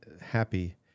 happy